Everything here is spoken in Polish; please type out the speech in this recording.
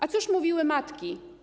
A cóż mówiły matki?